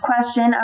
question